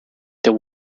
there